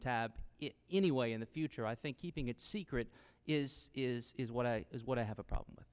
tab anyway in the future i think keeping it secret is is is what i as what i have a problem with